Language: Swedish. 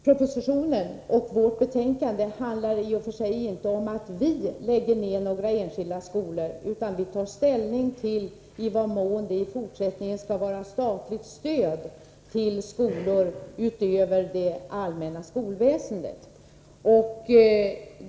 Propositionen och betänkandet handlar i och för sig inte om att vi skall lägga ned några enskilda skolor, utan vi tar ställning till i vad mån det i fortsättningen skall ges statligt stöd till skolor utanför det allmänna skolväsendet.